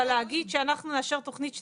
אבל להגיד שאנחנו נאשר תוכנית שנתית,